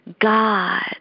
God